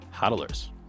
HODLers